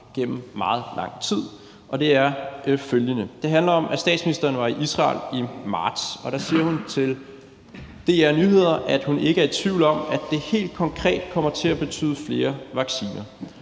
gennem meget lang tid. Det handler om, at statsministeren var i Israel i marts, og der siger hun til DR Nyheder, at hun ikke er i tvivl om, at det helt konkret kommer til at betyde flere vacciner.